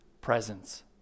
presence